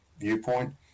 viewpoint